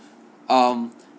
um